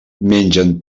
mengen